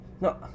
No